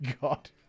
god